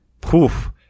poof